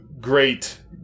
Great